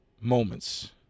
moments